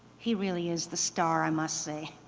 he really is the star, i must say.